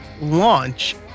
launch